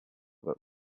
that